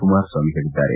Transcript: ಕುಮಾರಸ್ವಾಮಿ ಹೇಳಿದ್ದಾರೆ